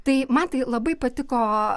tai man tai labai patiko